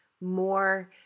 more